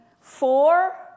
four